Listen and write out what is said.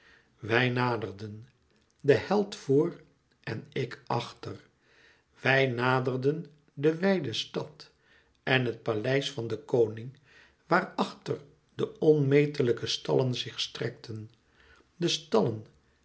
wij naderden de held voor en ik achter wij naderden de wijde stad en het paleis van den koning waar achter de onmetelijke stallen zich strekten de